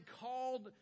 called